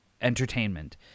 entertainment